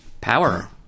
Power